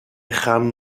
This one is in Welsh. chan